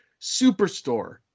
Superstore